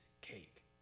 cake